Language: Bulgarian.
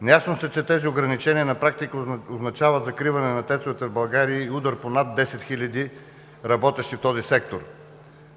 Наясно сте, че тези ограничения на практика означават закриване на ТЕЦ-овете в България и удар по над 10 хиляди работещи в този сектор.